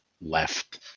left